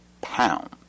pound